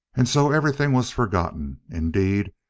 and so everything was forgotten. indeed,